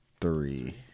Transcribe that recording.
three